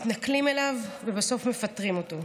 מתנכלים לו ובסוף מפטרים אותו.